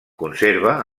conserva